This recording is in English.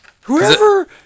Whoever